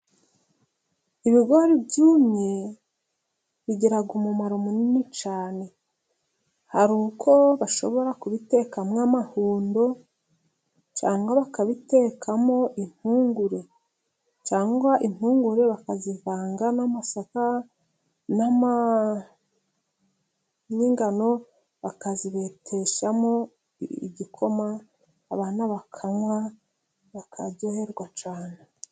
Ibigori byumye bigira umumaro munini cyane. Hari uko bashobora kubitekamo amahundo, cyangwa bakabitekamo impungure. Cyangwa impungure bakazivanga n'amasaka n'ingano bakazibeteshamo igikoma, abantu bakanywa, bakaryoherwa cyane.